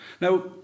Now